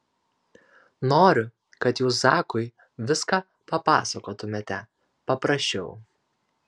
noriu kad jūs zakui viską papasakotumėte paprašiau